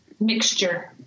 mixture